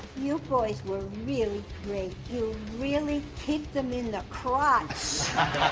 you boys were really great. you really kicked them in the crotch!